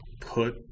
put